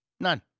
None